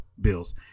bills